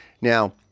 Now